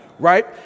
Right